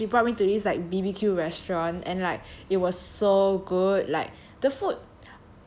there was like she brought me to this like B_B_Q restaurant and like it was so good like the food